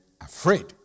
afraid